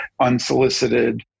unsolicited